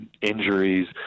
Injuries